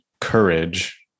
courage